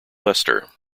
leicester